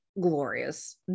glorious